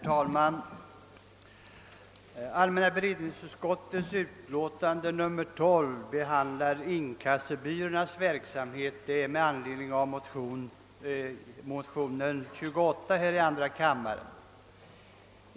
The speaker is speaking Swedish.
Herr talman! I förevarande utlåtande från allmänna beredningsutskottet behandlas — med anledning av motionen II: 28 — inkassobyråernas verksamhet.